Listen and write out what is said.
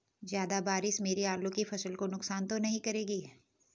ज़्यादा बारिश मेरी आलू की फसल को नुकसान तो नहीं करेगी?